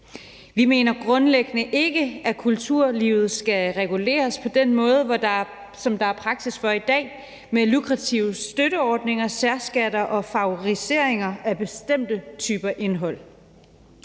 Vi mener grundlæggende ikke, at kulturlivet skal reguleres på den måde, hvor der, som der er praksis for i dag, er lukrative støtteordninger, særskatter og favoriseringer af bestemte typer indhold.